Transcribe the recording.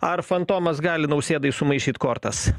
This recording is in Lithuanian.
ar fantomas gali nausėdai sumaišyt kortas